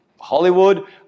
Hollywood